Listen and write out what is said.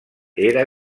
era